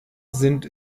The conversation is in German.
sind